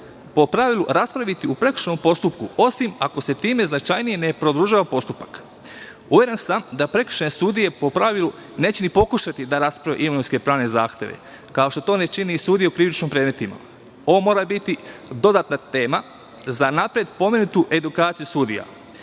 po pravilu raspraviti u prekršajnom postupku, osim ako se time značajnije ne produžava postupak. Uveren sam da prekršajne sudije po pravilu neće ni pokušati da rasprave imovinsko-pravne zahteve, kao što to ne čine ni sudije u krivičnim predmetima. Ovo mora biti dodatna tema za napred pomenutu edukaciju